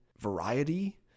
variety